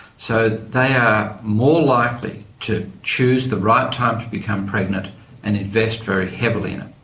so they are more likely to choose the right time to become pregnant and invest very heavily in it.